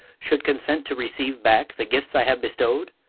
should consent to receive back the gifts i have bestowed?